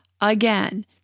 again